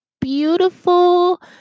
beautiful